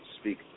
speak